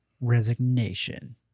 resignation